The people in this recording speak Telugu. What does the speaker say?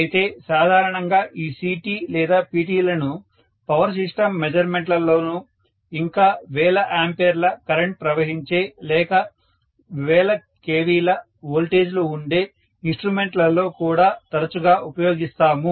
అయితే సాధారణంగా ఈ CT లేదా PT లను పవర్ సిస్టమ్ మెజర్మెంట్ లలోనూ ఇంకా వేల ఆంపియర్ ల కరెంట్ ప్రవహించే లేక వేల kV ల వోల్టేజ్ లు ఉండే ఇన్స్ట్రుమెంట్ లలో కూడా తరచుగా ఉపయోగిస్తాము